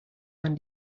man